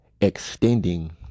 extending